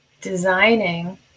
designing